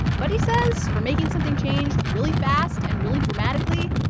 but, he says, for making something change really fast and really dramatically,